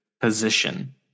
position